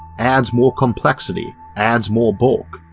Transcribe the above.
adds more complexity, adds more bulk,